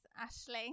Ashley